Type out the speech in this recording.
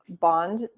bond